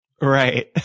Right